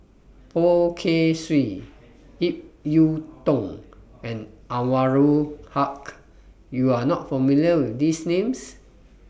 Poh Kay Swee Ip Yiu Tung and Anwarul Haque YOU Are not familiar with These Names